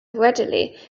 readily